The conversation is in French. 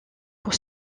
pour